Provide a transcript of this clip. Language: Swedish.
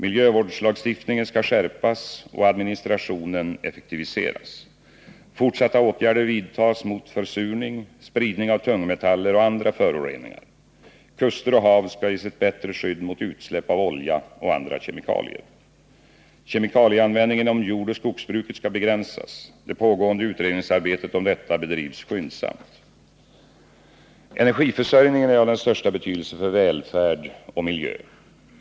Miljövårdslagstiftningen skall skärpas och administrationen effektiviseras. Fortsatta åtgärder vidtas mot försurning, spridning av tungmetaller och andra föroreningar. Kuster och hav skall ges ett bättre skydd mot utsläpp av olja och andra kemikalier. Kemikalieanvändningen inom jordoch skogsbruket skall begränsas. Det pågående utredningsarbetet om detta bedrivs skyndsamt. Energiförsörjningen är av den största betydelse för välfärd och miljö.